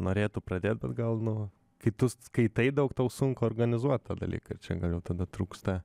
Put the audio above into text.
norėtų pradėt bet gal nu kai tu skaitai daug tau sunku organizuoti tą dalyką čia gal jau tada trūksta